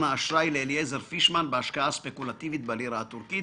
האשראי לאליעזר פישמן בהשקעה ספקולטיבית בלירה הטורקית?